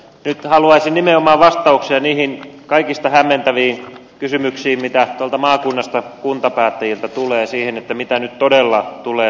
nyt haluaisin nimenomaan vastauksia niihin kaikista hämmentävimpiin kysymyksiin mitä tuolta maakunnasta kuntapäättäjiltä tulee siitä mitä nyt todella tulee tapahtumaan